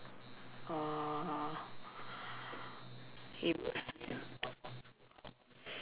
(uh huh)